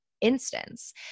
instance